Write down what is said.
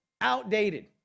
outdated